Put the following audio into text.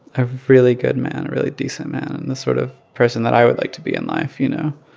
a really good man, a really decent man and the sort of person that i would like to be in life, you know?